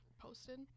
posted